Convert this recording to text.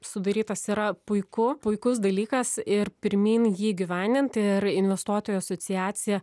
sudarytas yra puiku puikus dalykas ir pirmyn jį įgyvendint ir investuotojų asociacija